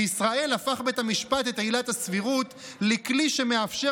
בישראל הפך בית המשפט את עילת הסבירות לכלי שמאפשר